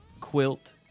Quilt